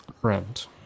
friend